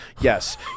yes